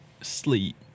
sleep